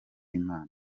imana